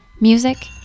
Music